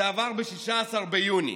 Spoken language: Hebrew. זה עבר ב-16 ביוני.